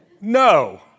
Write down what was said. No